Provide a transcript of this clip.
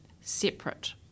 separate